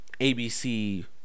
ABC